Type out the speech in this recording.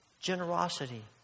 generosity